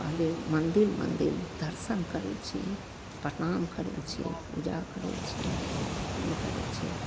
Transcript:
पहले मन्दिर मन्दिर दर्शन करै छिए परनाम करै छिए पूजा करै छिए काम करै छिए